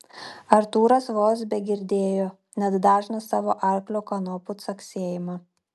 artūras vos begirdėjo net dažną savo arklio kanopų caksėjimą